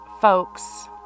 folks